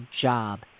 job